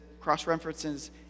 cross-references